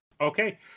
Okay